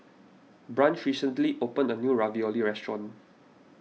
Branch recently opened a new Ravioli restaurant